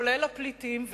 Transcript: כולל הפליטים,